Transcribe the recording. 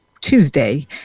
Tuesday